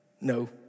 No